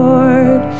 Lord